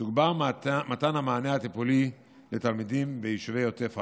תוגבר מתן המענה הטיפולי לתלמידים ביישובי עוטף עזה,